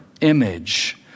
image